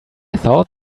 thought